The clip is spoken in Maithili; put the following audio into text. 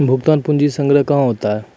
भुगतान पंजी संग्रह कहां होता हैं?